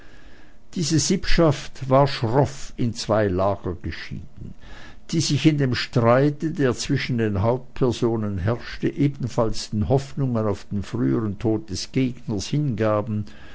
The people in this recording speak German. diese sippschaft war schroff in zwei lager geschieden die sich in dem streite der zwischen den hauptpersonen herrschte ebenfalls den hoffnungen auf den frühern tod des gegners hingaben